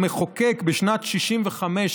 המחוקק בשנת 1965,